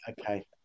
okay